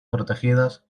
protegidas